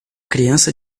criança